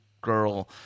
girl